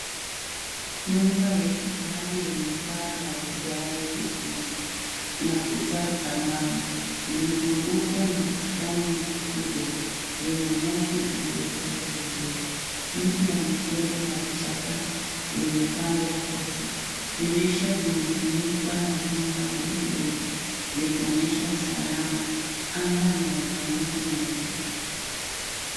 Nyumba ya kifahari yenye paa la viage vyekundu na kuta za mawe inazugukwa na bustani kubwa yenye nyasi iliyokatwa vizuri. Miti ya mitende na vichaka vimepadwa kwote. Dirisha zimefunikwa na vyuma vya [blue] vikionyesha usalama. Anga ni la mawingu meupe.